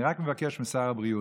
אני רק מבקש משר הבריאות: